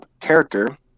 character